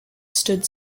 stood